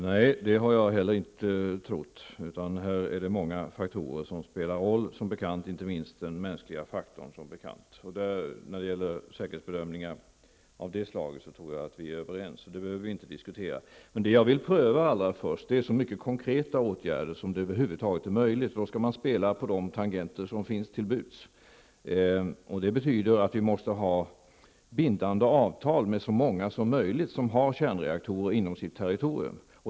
Herr talman! Det har jag heller inte trott, utan här är det många faktorer som spelar in, som bekant inte minst den mänskliga faktorn. När det gäller säkerhetsbedömningar av det slaget tror jag att vi är överens, och den saken behöver vi därför inte diskutera. Vad jag emellertid först vill pröva är så många konkreta åtgärder som möjligt, och då måste man spela på de tangenter som står till buds. Det betyder att vi måste ha bindande avtal med så många länder som möjligt som har kärnreaktorer inom sitt territorium.